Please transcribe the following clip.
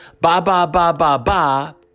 ba-ba-ba-ba-ba